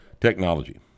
Technology